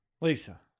Lisa